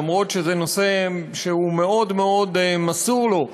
אף שזה נושא שהוא מאוד מאוד מסור לו,